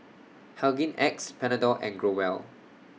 Hygin X Panadol and Growell